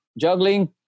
juggling